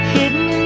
Hidden